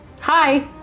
Hi